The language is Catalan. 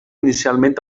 inicialment